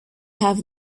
have